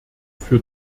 für